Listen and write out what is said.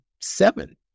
seven